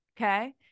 okay